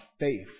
faith